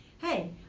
Hey